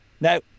Now